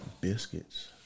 Biscuits